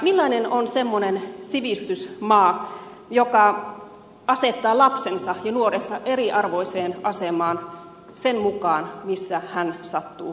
millainen on semmoinen sivistysmaa joka asettaa lapsensa ja nuorensa eriarvoiseen asemaan sen mukaan missä hän sattuu